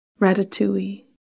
ratatouille